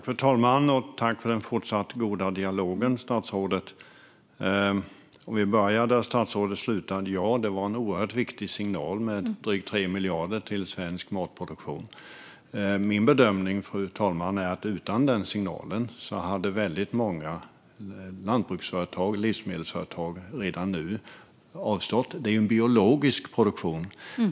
Fru talman! Tack, statsrådet, för den fortsatta goda dialogen! Jag börjar där statsrådet slutade: Ja, det var en oerhört viktig signal med drygt 3 miljarder till svensk matproduktion. Min bedömning, fru talman, är att utan den signalen hade väldigt många lantbruks och livsmedelsföretag redan nu avstått. Detta är ju en biologisk produktion.